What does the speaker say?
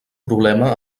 problema